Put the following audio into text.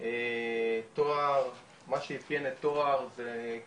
למכת חום יש את אותם סימפטומים של לקיחת סמים.